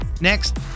Next